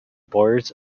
boards